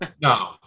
No